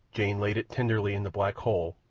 jane laid it tenderly in the black hole,